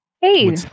Hey